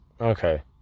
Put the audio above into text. Okay